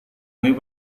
ini